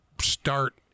start